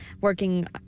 working